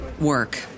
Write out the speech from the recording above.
Work